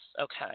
Okay